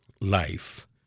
life